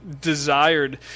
desired